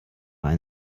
ein